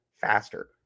faster